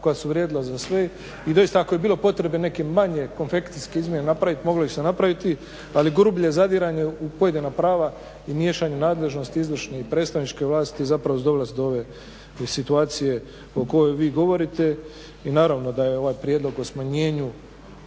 koja su vrijedila za sve i doista ako je bilo potrebe neke manje konfekcijske izmjene napravit moglo ih se napraviti, ali grublje zadiranje u pojedina prava i miješanje nadležnosti izvršne i predstavničke vlasti zapravo dolazi do ove situacije o kojoj vi govorite. I naravno da je ovaj prijedlog o smanjenju